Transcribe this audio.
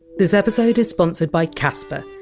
this episode is sponsored by casper,